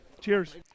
Cheers